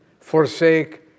forsake